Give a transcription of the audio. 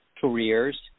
careers